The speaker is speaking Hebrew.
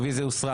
הרביזיה הוסרה.